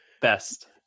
best